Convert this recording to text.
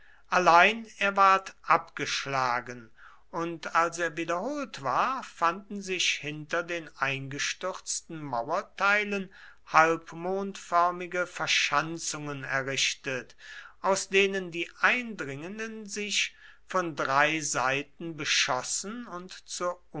allein er ward abgeschlagen und als er wiederholt ward fanden sich hinter den eingestürzten mauerteilen halbmondförmige verschanzungen errichtet aus denen die eindringenden sich von drei seiten beschossen und